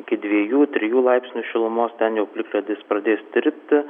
iki dviejų trijų laipsnių šilumos ten jau kad jis pradės tirpti